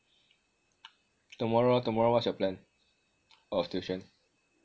tomorrow ah tomorrow what's your plan of tuition